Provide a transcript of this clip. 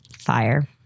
Fire